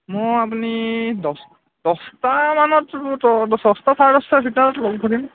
মই আপুনি দহ দহটা মানতটো দহ দহটা চাৰে দহটাৰ ভিতৰত লগ ধৰিম